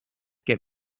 get